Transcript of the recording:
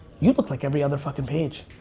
you look like every other fucking page.